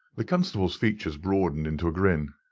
the constable's features broadened into a grin.